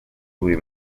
buri